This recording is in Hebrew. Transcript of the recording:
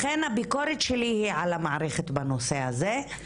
לכן הביקורת שלי היא על המערכת בנושא הזה.